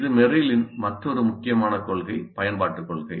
இது மெர்ரில் ன் மற்றொரு முக்கியமான கொள்கை பயன்பாட்டுக் கொள்கை